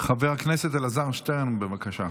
חבר הכנסת אלעזר שטרן, בבקשה.